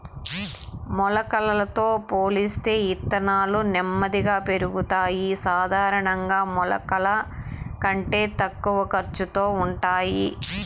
మొలకలతో పోలిస్తే ఇత్తనాలు నెమ్మదిగా పెరుగుతాయి, సాధారణంగా మొలకల కంటే తక్కువ ఖర్చుతో ఉంటాయి